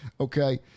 Okay